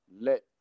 let